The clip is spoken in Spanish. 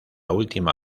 última